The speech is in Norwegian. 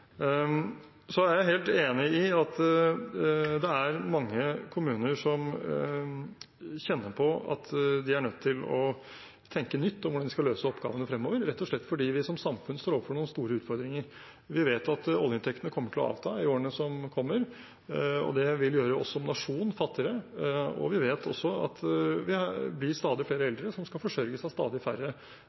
Så er jeg helt enig i at det er mange kommuner som kjenner på at de er nødt til å tenke nytt om hvordan de skal løse oppgavene fremover, rett og slett fordi vi som samfunn står overfor noen store utfordringer. Vi vet at oljeinntektene kommer til å avta i årene som kommer, og det vil gjøre oss som nasjon fattigere. Vi vet også at det blir stadig flere eldre som skal forsørges av stadig færre